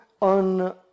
on